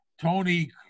Tony